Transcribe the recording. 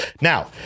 Now